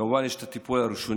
כמובן שיש את הטיפול הראשוני,